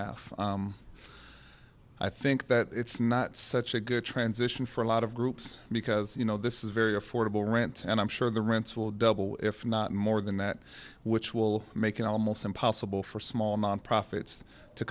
half i think that it's not such a good transition for a lot of groups because you know this is very affordable rent and i'm sure the rents will double if not more than that which will make it almost impossible for small non profits to